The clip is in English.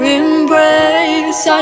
embrace